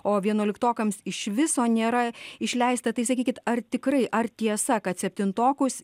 o vienuoliktokams iš viso nėra išleista tai sakykit ar tikrai ar tiesa kad septintokus